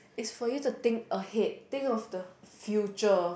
is for you to think ahead think of the future